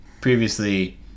Previously